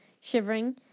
Shivering